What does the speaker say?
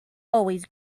always